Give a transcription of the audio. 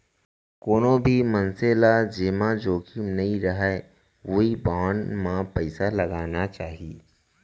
कोनो भी मनसे ल जेमा जोखिम नइ रहय ओइ बांड म पइसा लगाना चाही